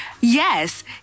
yes